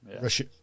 Russia